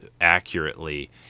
accurately